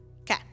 Okay